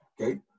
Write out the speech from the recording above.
Okay